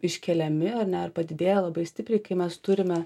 iškeliami ar ne ar padidėja labai stipriai kai mes turime